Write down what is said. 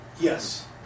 Yes